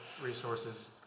resources